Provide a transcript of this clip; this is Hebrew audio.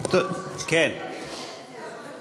אדוני היושב-ראש, אני מבקשת הערה.